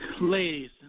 Ladies